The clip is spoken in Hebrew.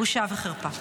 בושה וחרפה.